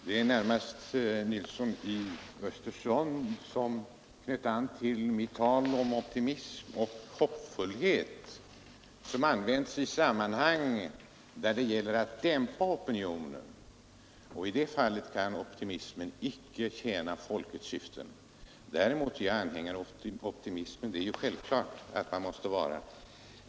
Herr talman! Herr Nilsson i Östersund knöt an till mitt tal om att optimism och hoppfullhet som används i sammanhang där det gäller att dämpa opinionen icke kan tjäna folkets syfte. Jag är anhängare av opitimismen som princip — det är ju självklart att man måste vara.